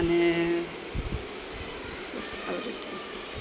અને બસ આવી રીતે